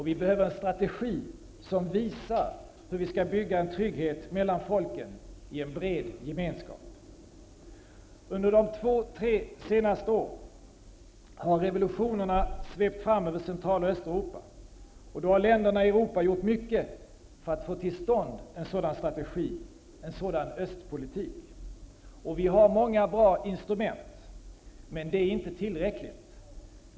Vi behöver en strategi som visar hur vi skall bygga en trygghet mellan folken i en bred gemenskap. Under de två tre senaste åren har revolutionerna svept fram över Central och Östeuropa, och då har länderna i Europa gjort mycket för att få till stånd en sådan strategi, en sådan östpolitik. Vi har många bra instrument. Men det är inte tillräckligt.